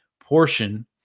portion